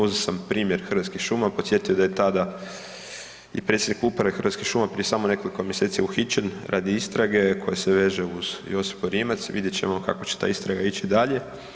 Uzeo sam primjer Hrvatskih šuma, podsjetio da je tada i predsjednik Uprave Hrvatskih šuma prije samo nekoliko mjeseci uhićen radi istrage koja se veže uz Josipu Rimac, vidjet ćemo kako će ta istraga ići dalje.